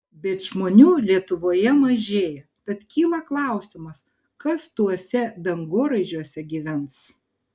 bet žmonių lietuvoje mažėja tad kyla klausimas kas tuose dangoraižiuose gyvens